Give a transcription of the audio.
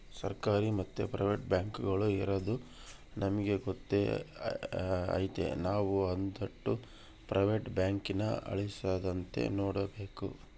ಸರ್ಕಾರಿ ಮತ್ತೆ ಪ್ರೈವೇಟ್ ಬ್ಯಾಂಕುಗುಳು ಇರದು ನಮಿಗೆ ಗೊತ್ತೇ ಐತೆ ನಾವು ಅದೋಟು ಪ್ರೈವೇಟ್ ಬ್ಯಾಂಕುನ ಅಳಿಸದಂತೆ ನೋಡಿಕಾಬೇಕು